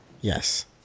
Yes